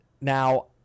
Now